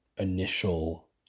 Initial